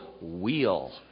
wheel